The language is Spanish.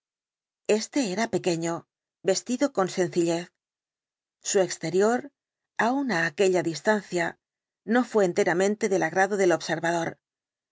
este era pequeño vestido con sencillez su exterior aun á aquella distancia no fué enteramente del agrado del observador